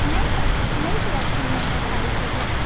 नई क नई कलेक्शन में है सारी चीज़ें